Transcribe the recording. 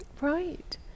Right